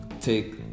take